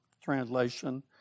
translation